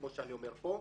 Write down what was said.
כמו שאני אומר כאן.